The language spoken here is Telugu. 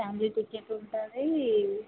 ఫ్యామిలీ టిక్కెట్ ఉంటుంది